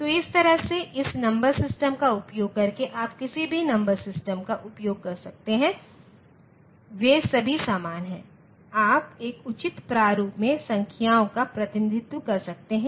तो इस तरह से इस नंबर सिस्टम का उपयोग करके आप किसी भी नंबर सिस्टम का उपयोग कर सकते हैं वे सभी समान हैं आप एक उचित प्रारूप में संख्याओं का प्रतिनिधित्व कर सकते हैं